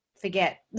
forget